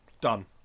done